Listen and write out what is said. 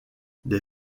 des